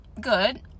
good